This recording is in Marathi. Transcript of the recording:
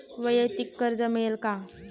वैयक्तिक कर्ज मिळेल का?